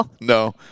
No